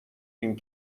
این